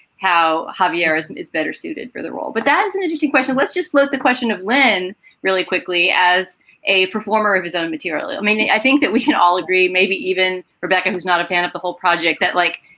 how harvey harrison is better suited for the role. but that's an interesting question. let's just float the question of len really quickly. as a performer of his own material, i mean, i think that we can all agree, maybe even rebecca, who's not a fan of the whole project, that, like,